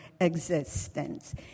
existence